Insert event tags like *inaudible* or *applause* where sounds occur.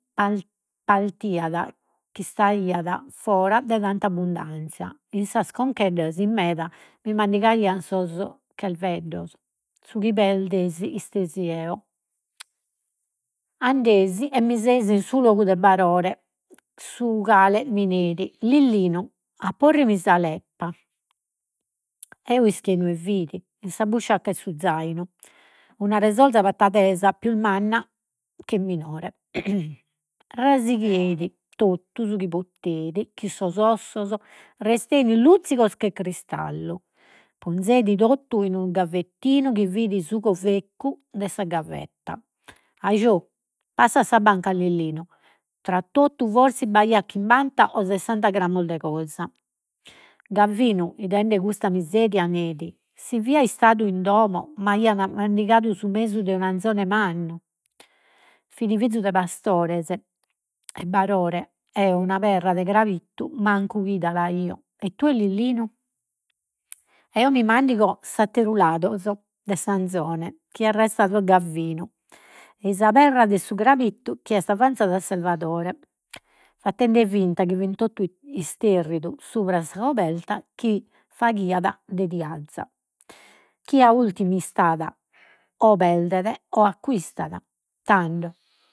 *hesitation* partiat ch'istaiat fora de tanta abbundanzia in sas concheddas, in meda, bi mancaian sos chelveddos. Su chi perdesi istesi 'eo. *noise* Andesi e mi *unintelligible* in su logu de Barore, su cale mi neit, Lillinu, apporrimi sa leppa. Eo ischio inue fit, in sa busciacca 'e su zainu, una resorza pattadesa pius manna che minore. *noise* Rasigheit totu su chi poteit, chi sos ossos restein luzzigos che cristallu. Ponzeit totu in unu gavettino chi fit su coveccu de sa gavetta. Ajò, passa a sa banca Lillinu, tra totu forsis b'aiat chimbanta o sessanta grammos de cosa. Gavinu ‘idende cudda miseria neit, si fio istadu in domo *hesitation* mandigadu su mesu de un'anzone mannu. Fit fizu de pastores e Barore, eo una perra de crabittu mancu 'ida l'aia, e tue Lillinu. Eo mi mandigo s'atteru lados de s'anzone, chi est restadu a Gavinu, ei sa perra de su crabittu chi est avanzada a Salvadore, fattende finta chi *hesitation* isterridu subra sa coberta chi faghiat de tiaza. Chie a ultimu istat o perdet o acquistat. Tando